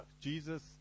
Jesus